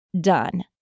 done